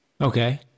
Okay